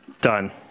Done